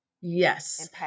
Yes